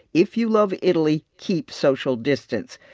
if you love italy, keep social distance.